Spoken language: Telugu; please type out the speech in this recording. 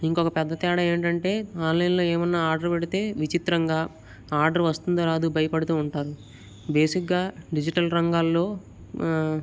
ఇంకో పెద్ద తేడా ఏంటంటే ఆన్లైన్లో ఏవైనా ఆర్డర్ పెడితే విచిత్రంగా ఆర్డర్ వస్తుందో రాదో భయపడుతూ ఉంటారు బేసిక్గా డిజిటల్ రంగాల్లో